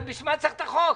אז בשביל מה צריך את החוק?